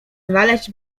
znaleźć